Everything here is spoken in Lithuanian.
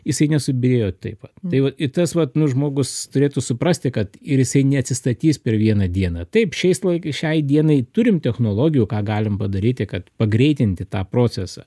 jisai nesubyrėjo taip vat tai vat į tas vat nu žmogus turėtų suprasti kad ir jisai neatsistatys per vieną dieną taip šiais laikai šiai dienai turim technologijų ką galim padaryti kad pagreitinti tą procesą